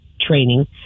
training